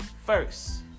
First